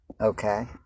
okay